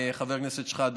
חבר הכנסת שחאדה,